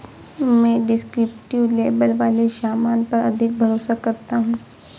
मैं descriptive label वाले सामान पर अधिक भरोसा करता हूं